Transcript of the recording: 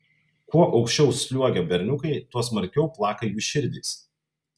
kuo aukščiau sliuogia berniukai tuo smarkiau plaka jų širdys